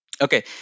Okay